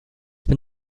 been